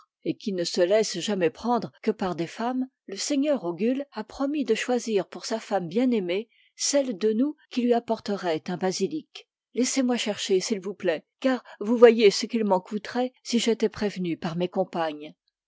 et qui ne se laisse jamais prendre que par des femmes le seigneur ogul a promis de choisir pour sa femme bien-aimée celle de nous qui lui apporterait un basilic laissez-moi chercher s'il vous plaît car vous voyez ce qu'il m'en coûterait si j'étais prévenue par mes compagnes